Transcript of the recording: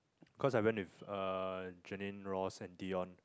cause I went with uh Jenine Ross and Dion